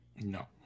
No